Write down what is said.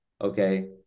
Okay